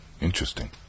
Interesting